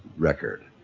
record.